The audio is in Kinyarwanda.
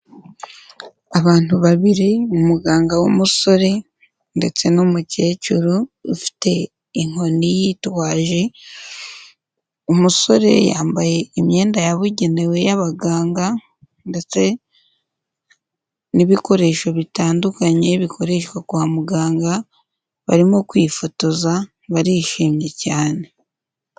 Abantu babiri umuganga w'umusore ndetse n'umukecuru ufite inkoni yitwaje, umusore yambaye imyenda yabugenewe y'abaganga ndetse n'ibikoresho bitandukanye bikoreshwa kwa muganga, barimo kwifotoza barishimye cyane.